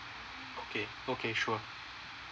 okay okay sure